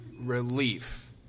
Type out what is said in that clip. relief